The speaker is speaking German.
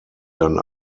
dann